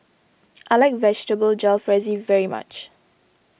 I like Vegetable Jalfrezi very much